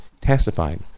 testified